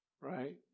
right